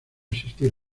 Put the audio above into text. asistir